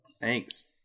Thanks